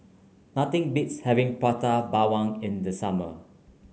nothing beats having Prata Bawang in the summer